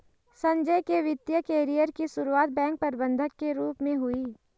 संजय के वित्तिय कैरियर की सुरुआत बैंक प्रबंधक के रूप में हुई